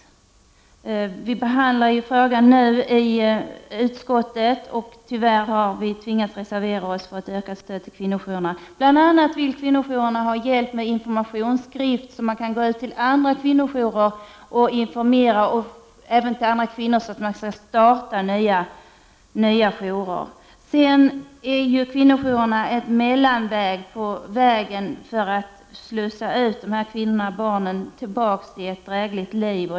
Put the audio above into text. Utskottet behandlar nu frågan, och vi har tyvärr tvingats reservera oss för ett ökat stöd till kvinnojourerna. Kvinnojourerna vill bl.a. ha hjälp med en informationsskrift för att kunna gå ut med information till kvinnojourer och även till kvinnor, så att de kan starta nya kvinnojourer. Kvinnojourerna är ju ett mellanled på vägen att slussa ut dessa kvinnor och barn till ett drägligt liv.